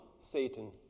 Satan